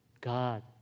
God